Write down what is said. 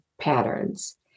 patterns